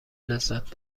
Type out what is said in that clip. لذت